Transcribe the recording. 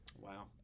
Wow